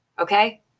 Okay